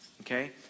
Okay